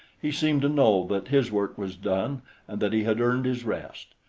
he seemed to know that his work was done and that he had earned his rest.